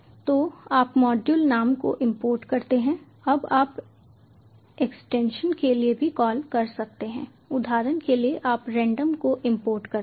तो आप मॉड्यूल नाम को इंपोर्ट करते हैं अब आप एक्सटेंशन के लिए भी कॉल कर सकते हैं उदाहरण के लिए आप रेंडम को इंपोर्ट करते हैं